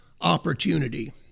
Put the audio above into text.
opportunity